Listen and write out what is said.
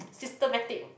systematic